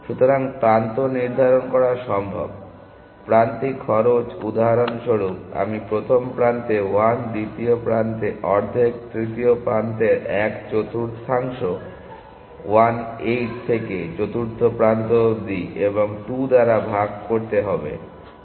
সুতরাং প্রান্ত নির্ধারণ করা সম্ভব প্রান্তিক খরচ উদাহরণস্বরূপ আমি প্রথম প্রান্তে 1 দ্বিতীয় প্রান্তে অর্ধেক তৃতীয় প্রান্তের এক চতুর্থাংশ 1 8 থেকে চতুর্থ প্রান্ত অব্দি এবং 2 দ্বারা ভাগ করতে হবে